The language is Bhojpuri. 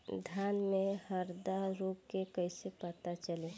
धान में हरदा रोग के कैसे पता चली?